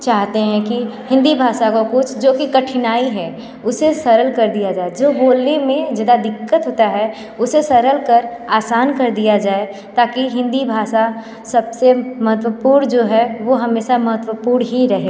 चाहते हैं कि हिंदी भाषा का कुछ जो भी कठिनाई है उसे सरल कर दिया जाए जो बोलने में ज़्यादा दिक्कत होता है उसे सरल कर आसान कर दिया जाए ताकि हिंदी भाषा सबसे महत्वपूर्ण जो है वो हमेशा महत्वपूर्ण ही रहे